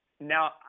now